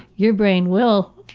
your brain will